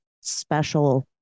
special